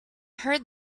heard